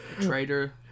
traitor